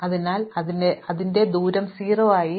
അതിനാൽ ഞങ്ങൾ അതിന്റെ ദൂരം 0 ആയി സജ്ജമാക്കി